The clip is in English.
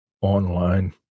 online